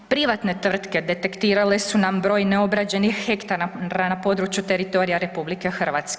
Privatne tvrtke detektirale su nam broj neobrađenih hektara na području teritorija RH.